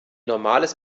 normales